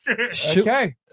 okay